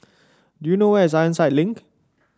do you know where is Ironside Link